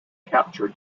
capture